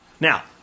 Now